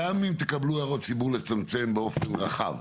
גם אם תקבלו הערות ציבור לצמצם באופן רחב,